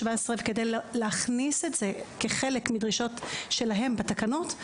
וכדי להכניס את זה כחלק מדרישות שלהם בתקנות,